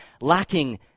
lacking